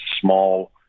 small